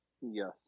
Yes